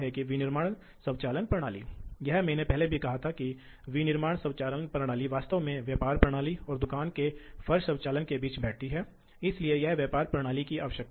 तो Tc घर्षण torque है औरɳ दक्षता है इसलिए एफ मशीन की डिजाइन और सामग्री हटाने की दर पर निर्भर करता है इसलिए कटौती की गहराई